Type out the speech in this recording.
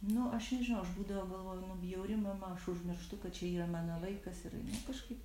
nu aš nežinau aš būdavo galvoju nu bjauri mama aš užmirštu kad čia yra mano vaikas ir kažkaip